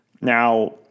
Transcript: Now